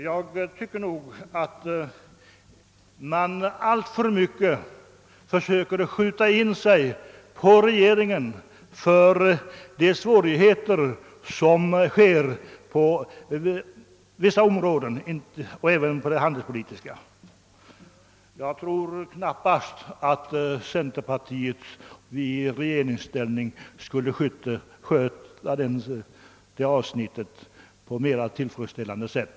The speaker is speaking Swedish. Jag tycker nog att man alltför mycket skyller regeringen för de svårigheter som vi har på vissa områden och däribland även på det handelspolitiska. Jag tror knappast att centerpartiet i regeringsställning skulle sköta detta på ett mera tillfredsställande sätt.